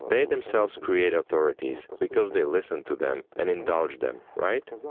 they themselves create authorities, because they listen to them and indulge them, right?